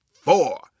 four